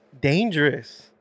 dangerous